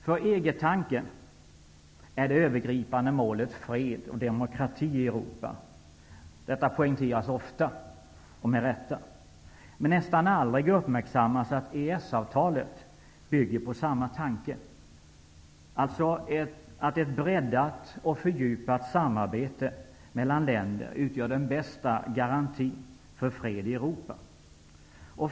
För EG-tanken är det övergripande målet fred och demokrati i Europa. Detta poängteras ofta och med rätta. Men nästan aldrig uppmärksammas att EES-avtalet bygger på samma tanke, dvs. att ett breddat och fördjupat samarbete mellan länder utgör den bästa garantin för fred i Europa.